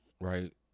right